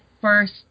first